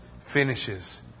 finishes